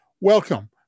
Welcome